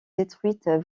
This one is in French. détruites